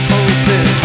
open